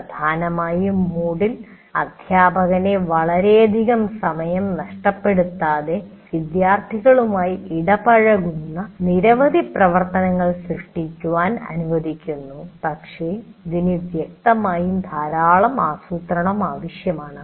പ്രധാനമായും MOODLE അധ്യാപകനെ വളരെയധികം സമയം നഷ്ടപ്പെടുത്താതെ വിദ്യാർത്ഥികളുമായി ഇടപഴകുന്ന നിരവധി പ്രവർത്തനങ്ങൾ സൃഷ്ടിക്കാൻ അനുവദിക്കുന്നു പക്ഷേ ഇതിന് വ്യക്തമായും ധാരാളം ആസൂത്രണം ആവശ്യമാണ്